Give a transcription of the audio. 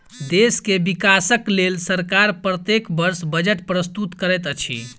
देश के विकासक लेल सरकार प्रत्येक वर्ष बजट प्रस्तुत करैत अछि